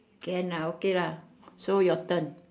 can ah okay lah so your turn